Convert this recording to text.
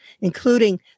including